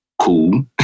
cool